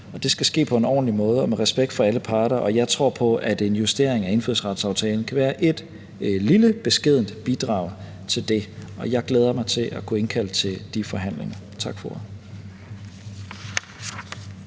Det skal ske på en ordentlig måde og med respekt for alle parter. Jeg tror på, at en justering af indfødsretsaftalen kan være et lille, beskedent bidrag til det, og jeg glæder mig til at kunne indkalde til de forhandlinger. Tak for